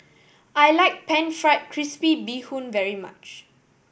I like Pan Fried Crispy Bee Hoon very much